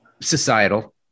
societal